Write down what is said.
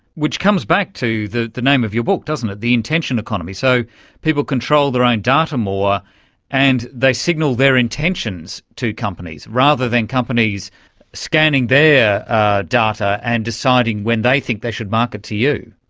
which comes back to the the name of your book, doesn't it, the intention economy. so people control their own data more and they signal their intentions to companies, rather than companies scanning their data and deciding when they think they should market to you.